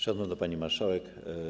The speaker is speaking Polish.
Szanowna Pani Marszałek!